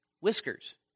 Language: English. whiskers